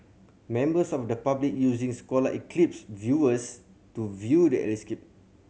members of the public using solar eclipse viewers to view the